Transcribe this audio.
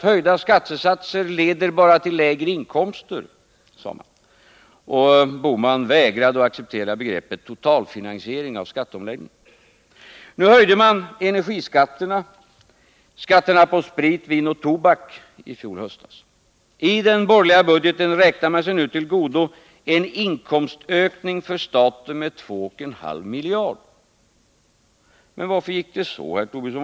Höjda skattesatser leder nämligen bara till lägre inkomster, sade man, och herr Bohman vägrade att acceptera begreppet totalfinansiering av skatteomläggningen. Nu höjde mani fjol höstas energiskatterna och skatterna på sprit, vin och tobak. I den borgerliga budgeten räknar man sig nu till godo en inkomstökning för staten med 2,5 miljarder. Varför gick det så, herr Tobisson?